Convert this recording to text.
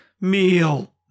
Meal